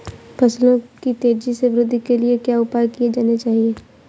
फसलों की तेज़ी से वृद्धि के लिए क्या उपाय किए जाने चाहिए?